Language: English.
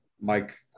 Mike